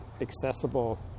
accessible